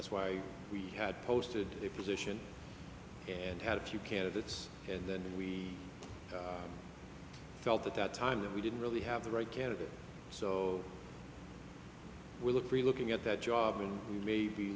that's why we had posted their position and had a few candidates and then we felt at that time that we didn't really have the right candidate so we look for looking at that job and maybe